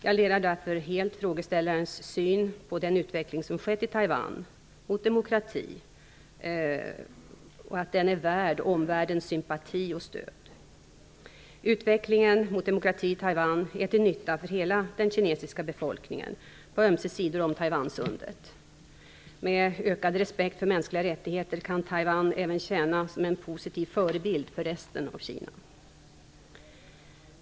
Jag delar därför helt frågeställarens syn att den utveckling som skett i Taiwan mot demokrati är värd omvärldens sympati och stöd. Utvecklingen mot demokrati i Taiwan är till nytta för hela den kinesiska befolkningen, på ömse sidor om Taiwansundet. Med ökad respekt för mänskliga rättigheter kan Taiwan även tjäna som en positiv förebild för resten av Kina.